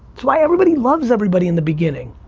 that's why everybody loves everybody in the beginning,